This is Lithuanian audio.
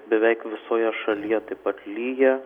beveik visoje šalyje taip pat lyja